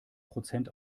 prozent